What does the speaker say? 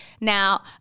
Now